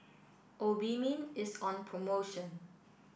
obimin is on promotion